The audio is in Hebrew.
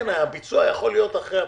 הביצוע יכול להיות אחרי הבחירות.